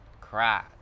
Cry